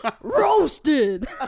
Roasted